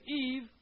Eve